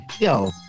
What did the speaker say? Yo